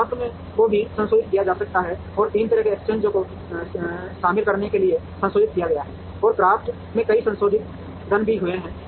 CRAFT को भी संशोधित किया जा सकता है और तीन तरह के एक्सचेंजों को शामिल करने के लिए संशोधित किया गया है और CRAFT में कई संशोधन भी हुए हैं